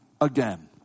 again